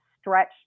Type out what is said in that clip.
stretch